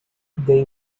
they